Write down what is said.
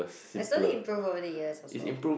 I slowly improve over the years also